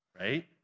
right